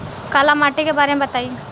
काला माटी के बारे में बताई?